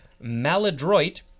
maladroit